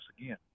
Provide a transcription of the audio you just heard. again